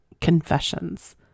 confessions